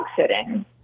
sitting